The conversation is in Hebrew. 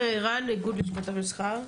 לערן, מאיגוד לשכת המסחר.